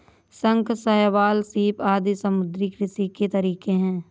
शंख, शैवाल, सीप आदि समुद्री कृषि के तरीके है